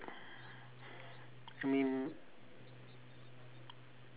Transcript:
I mean